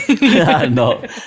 No